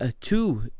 two